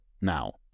now